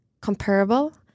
comparable